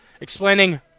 explaining